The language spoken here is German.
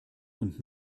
und